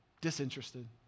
disinterested